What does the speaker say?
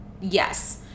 Yes